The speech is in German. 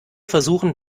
versuchen